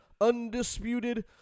undisputed